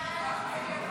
הצעת סיעות ישראל ביתנו,